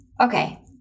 Okay